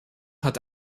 hat